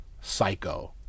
Psycho